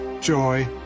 joy